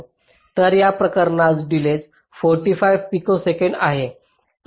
तर या प्रकरणात डिलेज 45 पिकोसेकंद आहे